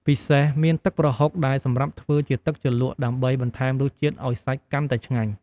ពិសេសមានទឹកក្រហុកដែលសម្រាប់ធ្វើជាទឹកជ្រលក់ ដើម្បីបន្ថែមរសជាតិឱ្យសាច់កាន់តែឆ្ងាញ់។